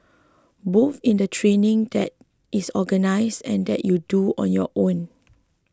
both in the training that is organised and that you do on your own